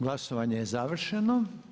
Glasovanje je završeno.